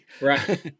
right